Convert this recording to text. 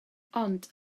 ond